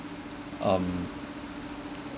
um